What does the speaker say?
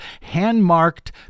hand-marked